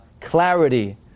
clarity